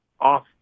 off